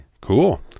cool